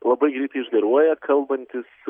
labai greitai išgaruoja kalbantis